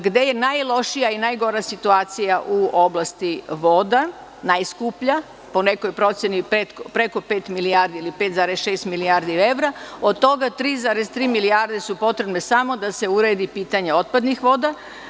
Gde je najlošija i najgora situacija u oblasti voda, najskuplja, po nekoj proceni preko pet milijardi ili 5,6 milijardi evra, od toga 3,3 milijarde su potrebne samo da se uredi pitanje otpadnih voda.